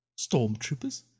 Stormtroopers